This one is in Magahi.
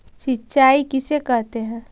सिंचाई किसे कहते हैं?